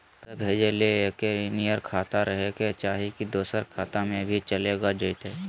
पैसा भेजे ले एके नियर खाता रहे के चाही की दोसर खाता में भी चलेगा जयते?